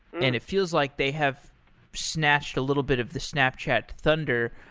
and it feels like they have snatched a little bit of the snapchat thunder,